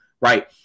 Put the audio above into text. Right